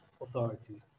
authorities